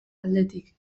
aldetik